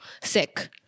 sick